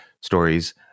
stories